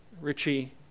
Richie